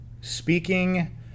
speaking